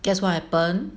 guess what happen